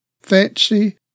fancy